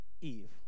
Eve